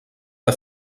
que